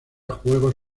juegos